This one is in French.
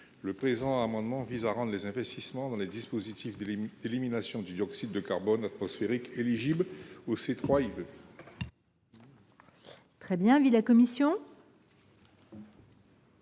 Le présent amendement tend à rendre les investissements dans les dispositifs d’élimination du dioxyde de carbone atmosphérique éligibles au C3IV.